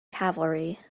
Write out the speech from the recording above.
cavalry